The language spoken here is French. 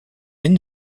une